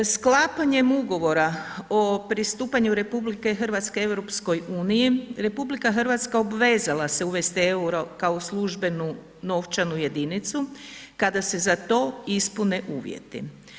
Sklapanjem ugovora o pristupanju RH EU, RH obvezala se uvesti euro kao službenu novčanu jedinicu kada se za to ispune uvjeti.